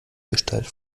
gestalt